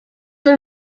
wird